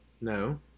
No